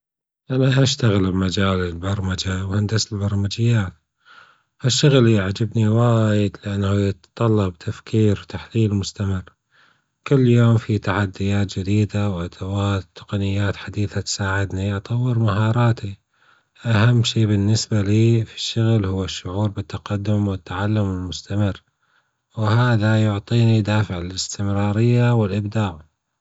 أنا هأشتغل بمجال البرمجة وهندسة البرمجيات، الشغل يعجبني وايد لأنه يتطلب تفكير وتحليل مستمر، كل يوم في تحديات جديدة وأدوات تقنيات حديثة تساعدني أطور مهاراتي، أهم شي بالنسبة لي في الشغل هو التقدم والتعلم المستمر، وهذا يعطيني دافع للإستمرارية والإبداع.